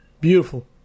Beautiful